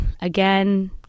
again